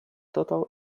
total